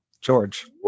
George